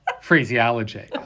phraseology